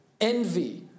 envy